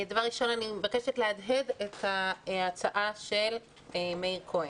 אני מבקשת להדהד את ההצעה של מאיר כהן.